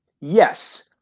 Yes